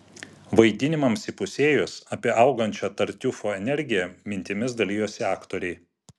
vaidinimams įpusėjus apie augančią tartiufo energiją mintimis dalijosi aktoriai